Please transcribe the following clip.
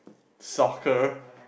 soccer